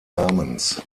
namens